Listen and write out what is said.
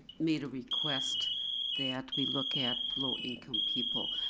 made a request that we look at low-income people.